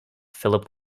philip